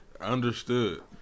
understood